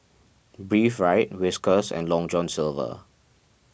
Breathe Right Whiskas and Long John Silver